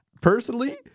Personally